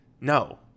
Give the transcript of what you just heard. No